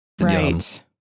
Right